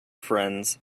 friends